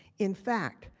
in fact,